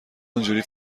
اونحوری